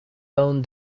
own